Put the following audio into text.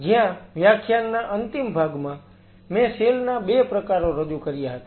જ્યાં વ્યાખ્યાનના અંતિમ ભાગમાં મેં સેલ ના 2 પ્રકારો રજૂ કર્યા હતા